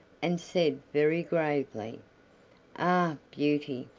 and said very gravely ah! beauty,